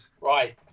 Right